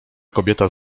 kobieta